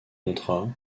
contrat